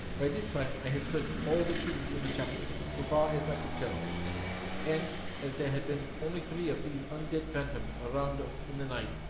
by this time i had searched all the tombs in the chapel, so far as i could tell and as there had been only three of these un-dead phantoms around us in the night,